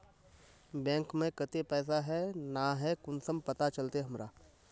Bank में केते पैसा है ना है कुंसम पता चलते हमरा?